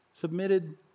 submitted